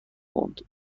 پوند